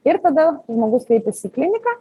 ir tada žmogus kreipiasi į kliniką